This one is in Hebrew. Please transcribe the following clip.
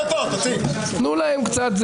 תנו להם קצת.